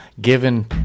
given